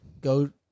Go